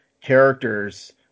characters